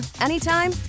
anytime